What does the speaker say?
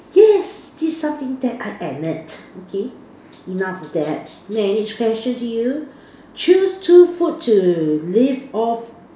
yes this is something that I admit okay enough of that my next question to you choose two food to live off